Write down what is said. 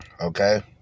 Okay